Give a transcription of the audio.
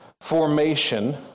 formation